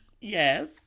Yes